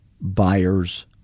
buyers